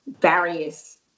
various